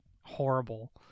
horrible